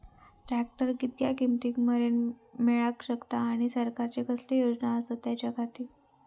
Tractor कितक्या किमती मरेन मेळाक शकता आनी सरकारचे कसले योजना आसत त्याच्याखाती?